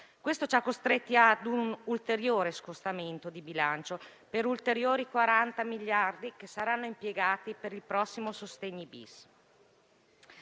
questo ci ha costretti a un ulteriore scostamento di bilancio per ulteriori 40 miliardi di euro che saranno impiegati per il prossimo decreto